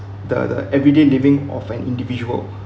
the the everyday living of an individual